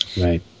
Right